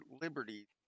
liberty